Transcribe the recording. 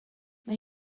mae